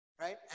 right